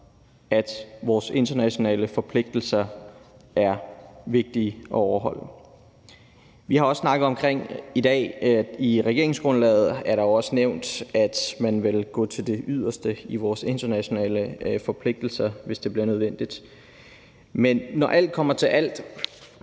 at vores internationale forpligtelser er vigtige at overholde. Vi har også i dag snakket om, at der i regeringsgrundlaget jo også er nævnt, at man vil gå til det yderste i vores internationale forpligtelser, hvis det bliver nødvendigt. Men når alt kommer til alt,